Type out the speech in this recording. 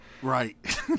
Right